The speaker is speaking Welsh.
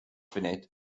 funud